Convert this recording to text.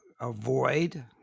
avoid